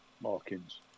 markings